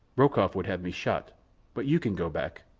rokoff would have me shot but you can go back.